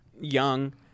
young